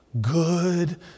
good